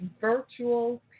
virtual